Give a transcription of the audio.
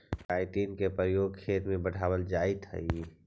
chitin के प्रयोग खेत में बढ़ावल जाइत हई